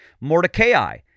Mordecai